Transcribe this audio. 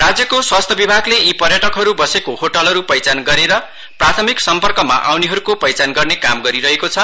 राज्यको स्वाथ्य विभागले यी पर्यटकहरू बसेको होटलहरू पहिचान गरेर प्राथामिक सम्पर्कमा आउनेहरूको पहिचान गर्ने काम गरिरहेको छ